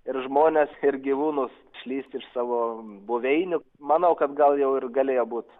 ir žmones ir gyvūnus išlįst iš savo buveinių manau kad gal jau ir galėjo būt